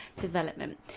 development